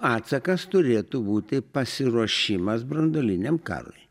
atsakas turėtų būti pasiruošimas branduoliniam karui